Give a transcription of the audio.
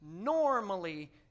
normally